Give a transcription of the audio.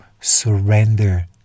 surrender